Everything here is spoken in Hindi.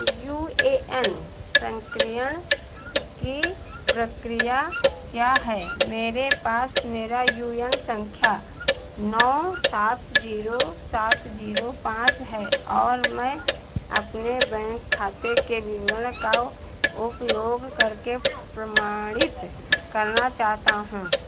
यू ए एन सन्कियण की प्रक्रिया क्या है मेरे पास मेरा यू ए एन सँख्या नौ सात ज़ीरो सात ज़ीरो पाँच है और मैं अपने बैंक खाते के विवरण का उपयोग करके प्रमाणित करना चाहता हूँ